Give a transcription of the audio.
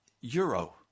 euro